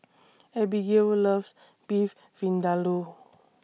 Abbigail loves Beef Vindaloo